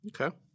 Okay